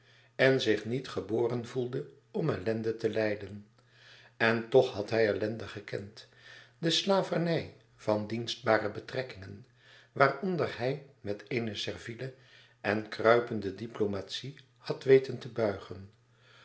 en zich niet geboren voelde om ellende te lijden en toch had hij ellende gekend de slavernij van dienstbare betrekkingen waaronder hij met eene serviele en kruipende diplomatie had weten te buigen